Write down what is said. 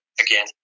Again